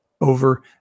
over